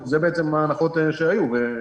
זה ההנחות שהיו.